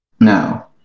no